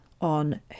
on